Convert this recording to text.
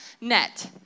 net